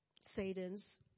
satan's